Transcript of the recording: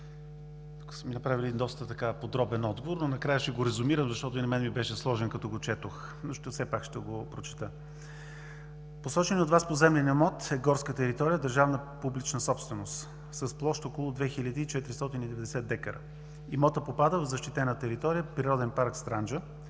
Посоченият от Вас поземлен имот е горска територия държавна публична собственост с площ около 2490 декара. Имотът попада в защитена територия природен парк „Странджа“.